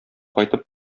кайтып